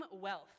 wealth